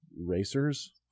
racers